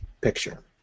picture